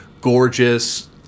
gorgeous